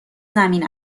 زمین